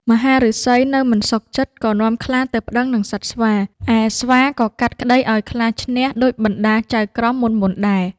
មហាឫសីនៅមិនសុខចិត្ត ក៏នាំខ្លាទៅប្តឹងនឹងសត្វស្វា ឯស្វាក៏កាត់ក្តីឱ្យខ្លាឈ្នះដូចបណ្តាចៅក្រមមុនៗដែរ។